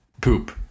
poop